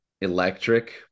electric